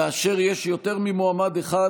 כאשר יש יותר ממועמד אחד,